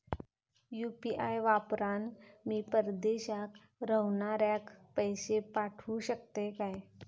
UPI वापरान मी परदेशाक रव्हनाऱ्याक पैशे पाठवु शकतय काय?